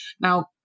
Now